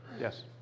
Yes